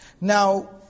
Now